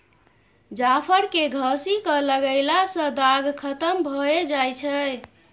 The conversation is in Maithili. जाफर केँ घसि कय लगएला सँ दाग खतम भए जाई छै